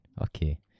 okay